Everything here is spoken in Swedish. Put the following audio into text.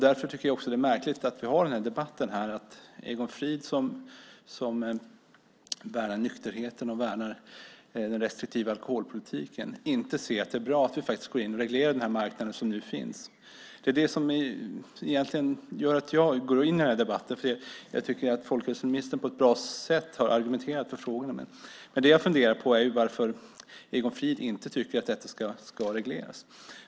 Därför är det märkligt att vi för denna debatt, att Egon Frid, som värnar nykterheten och den restriktiva alkoholpolitiken, inte inser att det är bra att vi nu reglerar den marknad som finns. Det är anledningen till att jag gick upp i debatten. Jag tycker att folkhälsoministern på ett bra sätt argumenterat för frågorna, men det jag undrar är varför Egon Frid inte tycker att marknaden ska regleras.